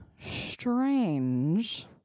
strange